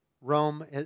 Rome